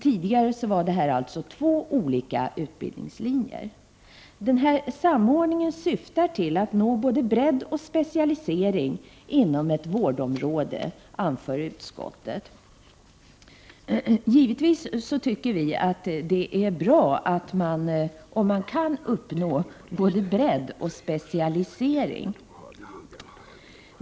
Tidigare var det två olika utbildningslinjer. Samordningen syftar till att nå både bredd och specialisering inom ett vårdområde, anför utskottet. Givetvis tycker jag det är bra om man kan uppnå både bredd och specialisering.